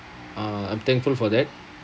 uh I'm thankful for that